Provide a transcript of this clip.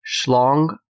Schlong